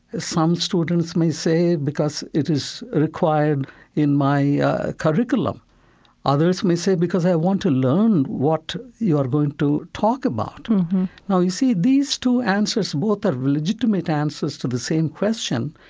some students may say, because it is required in my curriculum others may say, because i want to learn what you are going to talk about now, you see, these two answers both are legitimate answers to the same question,